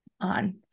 on